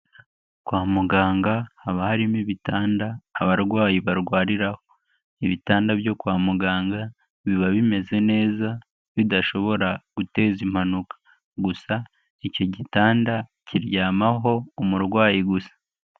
Kwa muganga haba harimo ibitanda abarwayi barwariraho. Ibitanda byo kwa muganga biba bimeze neza bidashobora guteza impanuka, gusa icyo gitanda kiryamaho umurwayi gusa.